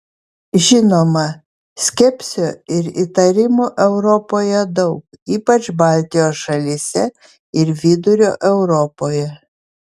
žinoma skepsio ir įtarimų europoje daug ypač baltijos šalyse ir vidurio europoje